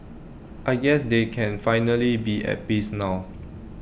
I guess they can finally be at peace now